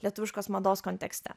lietuviškos mados kontekste